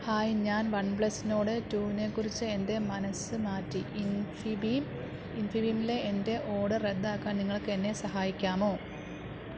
hi ഞാൻ one plus Nord റ്റൂവിനെ കുറിച്ച് എൻ്റെ മനസ്സു മാറ്റി ഇൻഫിബീം ഇൻഫിബീമിലെ എൻ്റെ ഓഡർ റദ്ദാക്കാൻ നിങ്ങൾക്ക് എന്നെ സഹായിക്കാമോ